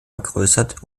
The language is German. vergrößert